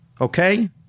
okay